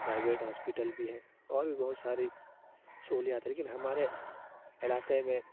private hospital بھی اور بھی بہت ساری سہولیات ہیں لیکن ہمارے علاقے میں